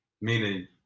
meaning